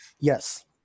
Yes